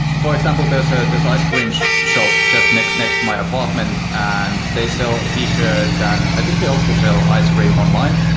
for example, this ah this ice cream so just next next to my apartment and they sell t-shirts and i think they also sell ice cream online,